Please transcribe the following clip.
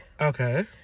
okay